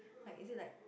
like is it like